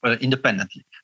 independently